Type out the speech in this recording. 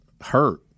hurt